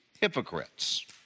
hypocrites